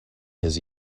his